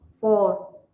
four